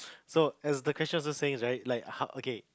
so as the question also says right like how okay